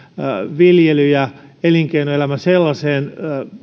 viljely ja elinkeinoelämä sellaiseen